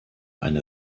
eine